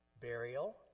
burial